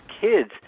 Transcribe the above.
kids